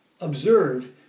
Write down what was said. Observe